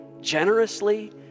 generously